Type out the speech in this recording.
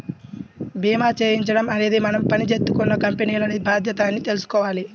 భీమా చేయించడం అనేది మనం పని జేత్తున్న కంపెనీల బాధ్యత అని తెలుసుకోవాల